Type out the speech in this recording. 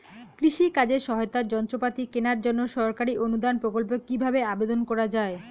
কৃষি কাজে সহায়তার যন্ত্রপাতি কেনার জন্য সরকারি অনুদান প্রকল্পে কীভাবে আবেদন করা য়ায়?